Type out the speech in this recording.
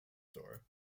store